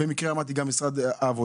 ובמקרה עמדתי גם מול משרד העבודה.